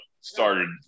started